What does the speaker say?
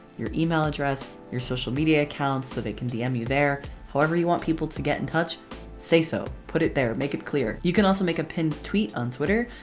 your email address, your social media accounts so they can dm you there however you want people to get in touch say so. put it there, make it clear. you can also make a pinned tweet on twitter.